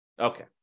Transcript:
Okay